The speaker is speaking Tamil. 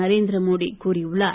நரேந்திரமோடி கூறியுள்ளார்